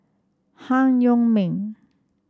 Han Yong May